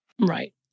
Right